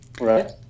Right